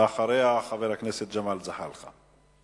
ואחריה, חבר הכנסת ג'מאל זחאלקה.